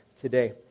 today